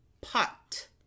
pot